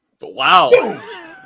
Wow